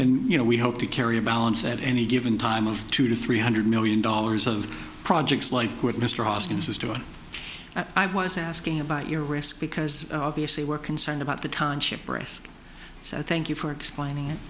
and you know we hope to carry a balance at any given time of two to three hundred million dollars of projects like what mr hoskins is doing i was asking about your risk because obviously we're concerned about the timeship breast so i thank you for explaining